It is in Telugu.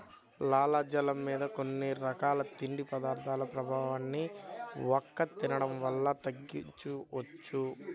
లాలాజలం మీద కొన్ని రకాల తిండి పదార్థాల ప్రభావాన్ని వక్క తినడం వల్ల తగ్గించవచ్చు